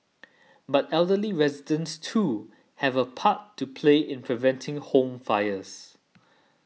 but elderly residents too have a part to play in preventing home fires